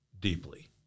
deeply